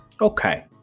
Okay